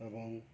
प्रभाव